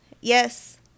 Yes